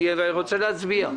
אני רוצה להצביע.